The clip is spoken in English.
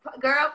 girl